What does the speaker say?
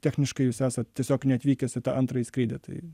techniškai jūs esat tiesiog neatvykęs į tą antrąjį skrydį tai